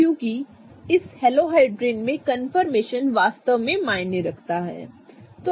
क्योंकि इस हेलोहाइड्रिन में कंफर्मेशन वास्तव में मायने रखता है